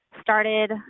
started